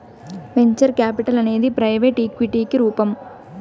venture capital అనేది private ఈక్విటికి రూపం